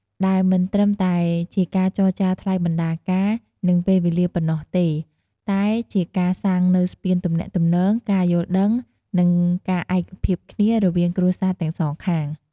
ដែលមិនត្រឹមតែជាការចរចាថ្លៃបណ្ណាការ និងពេលវេលាប៉ុណ្ណោះទេ តែជាការសាងនូវស្ពានទំនាក់ទំនង ការយល់ដឹង និងការឯកភាពគ្នារវាងគ្រួសារទាំងសងខាង។